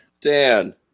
dan